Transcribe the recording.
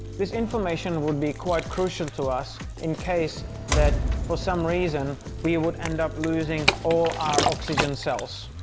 this information would be quite crucial to us in case that for some reason we would end up losing all our oxygen cells